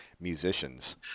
musicians